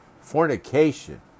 fornication